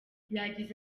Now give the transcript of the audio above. yagize